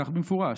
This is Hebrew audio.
כך במפורש,